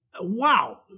Wow